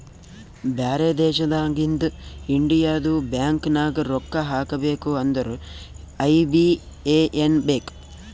ಬ್ಯಾರೆ ದೇಶನಾಗಿಂದ್ ಇಂಡಿಯದು ಬ್ಯಾಂಕ್ ನಾಗ್ ರೊಕ್ಕಾ ಹಾಕಬೇಕ್ ಅಂದುರ್ ಐ.ಬಿ.ಎ.ಎನ್ ಬೇಕ್